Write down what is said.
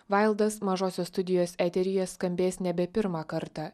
vaildas mažosios studijos eteryje skambės nebe pirmą kartą